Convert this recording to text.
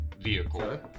vehicle